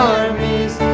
armies